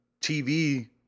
TV